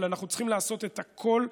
אבל אנחנו צריכים לעשות את הכול,